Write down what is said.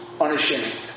unashamed